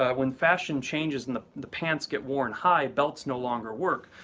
ah when fashion changes in the the pants get worn high belts no longer work.